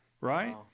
right